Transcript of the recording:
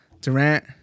Durant